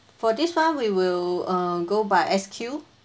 for this far we will uh go by SQ